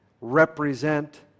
Represent